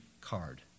card